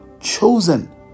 chosen